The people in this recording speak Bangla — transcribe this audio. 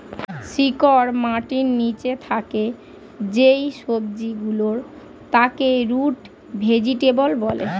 শিকড় মাটির নিচে থাকে যেই সবজি গুলোর তাকে রুট ভেজিটেবল বলে